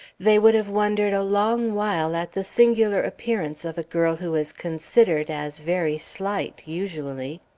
they would have wondered a long while at the singular appearance of a girl who is considered as very slight, usually.